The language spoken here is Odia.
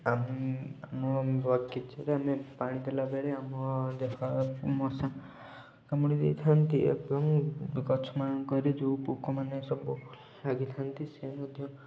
ଆମ ଆମ ବଗିଚାରେ ଆମେ ପାଣି ଦେଲା ବେଳେ ଆମ ଦେହ ମଶା କାମୁଡ଼ି ଦେଇଥାନ୍ତି ଏବଂ ଗଛମାନଙ୍କରେ ଯେଉଁ ପୋକମାନେ ସବୁ ଲାଗିଥାନ୍ତି ସେ ମଧ୍ୟ